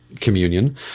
communion